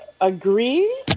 agree